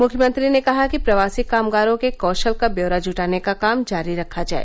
मुख्यमंत्री ने कहा कि प्रवासी कामगारों के कौशल का व्यौरा जुटाने का काम जारी रखा जाए